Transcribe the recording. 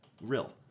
real